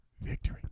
victory